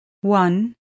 one